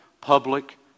public